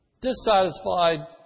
dissatisfied